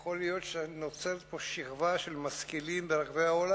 כי יכול להיות שנוצרת פה שכבה של משכילים ברחבי העולם